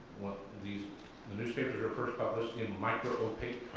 these the newspapers were first published in micro opaque.